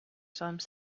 some